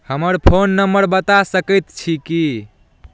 हमर phone number बता सकैत छी की